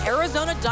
Arizona